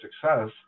success